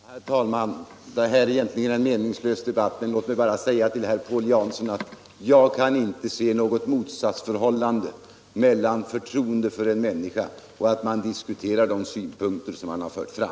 Herr talman! Detta är egentligen en meningslös debatt, men låt mig bara säga till herr Jansson att jag inte kan se något motsatsförhållande mellan förtroende för en människa och att man diskuterar de synpunkter som han har fört fram.